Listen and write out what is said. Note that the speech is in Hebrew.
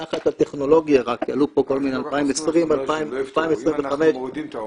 אם אנחנו מורידים את העומס,